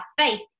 faith